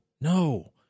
No